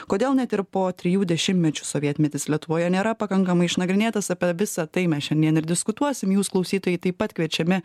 kodėl net ir po trijų dešimtmečių sovietmetis lietuvoje nėra pakankamai išnagrinėtas apie visa tai mes šiandien ir diskutuosim jūs klausytojai taip pat kviečiami